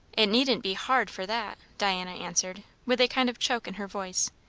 it needn't be hard for that, diana answered, with a kind of choke in her voice.